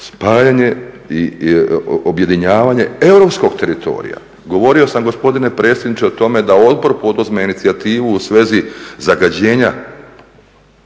spajanje i objedinjavanje europskog teritorija. Govorio sam gospodine predsjedniče o tome da odbor poduzme inicijativu u svezi zagađenja,